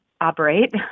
operate